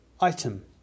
Item